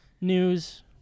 news